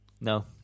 No